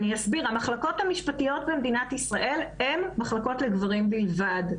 אני אסביר: המחלקות המשפטיות במדינת ישראל הן מחלקות לגברים בלבד.